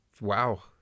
wow